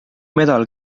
medal